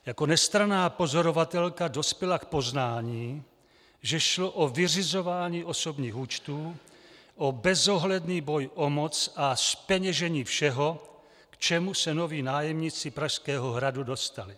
Jako nestranná pozorovatelka dospěla k poznání, že šlo o vyřizování osobních účtů, o bezohledný boj o moc a zpeněžení všeho, k čemu se noví nájemníci Pražského hradu dostali.